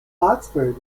oxford